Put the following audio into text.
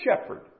shepherd